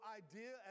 idea